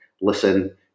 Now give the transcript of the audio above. listen